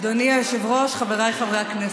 אדוני היושב-ראש, חבריי חברי הכנסת,